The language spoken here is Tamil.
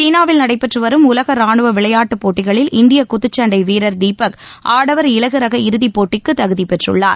சீனாவில் நடைபெற்றுவரும் உலக ராணுவ விளையாட்டுப் போட்டிகளில் இந்திய குத்துச்சண்டை வீரர் தீபக் ஆடவர் இலகு ரக இறுதி போட்டிக்கு தகுதிப்பெற்றுள்ளார்